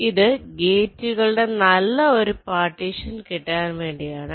ഇത് ഗേറ്റുകളുടെ നല്ല ഒരു പാർട്ടീഷൻ കിട്ടാൻ വേണ്ടി ആണ്